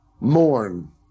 mourn